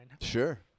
Sure